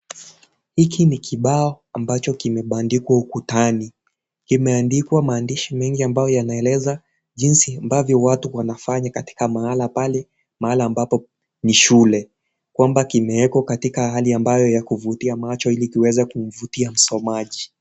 Hiki ni kibao ambacho kimebandikwa ukutani, kimeandikwa maandishi mengi ambayo yanaeleza jinsi ambavyo watu wanafanya katika mahala pale, mahala ambapo ni shule, kwamba kimeekwa katika hali ambayo yakuvutia macho ili kiweze kumvutia msomaji.